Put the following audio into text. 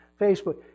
Facebook